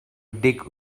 dig